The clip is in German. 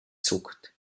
zuckt